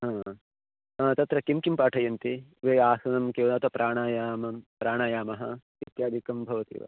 हा तत्र किं किं पाठयन्ति वे आसनं केवल अथवा प्राणायामः प्राणायामः इत्यादिकं भवति वा